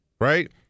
right